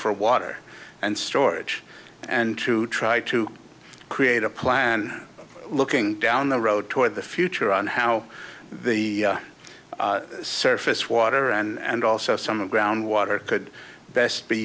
for water and storage and to try to create a plan looking down the road toward the future on how the surface water and also some of ground water could best be